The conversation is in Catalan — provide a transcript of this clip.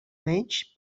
menys